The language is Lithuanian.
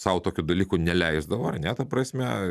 sau tokių dalykų neleisdavo ar ne ta prasme